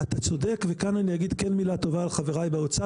אתה צודק וכאן אני אגיד מילה טובה על חבריי באוצר,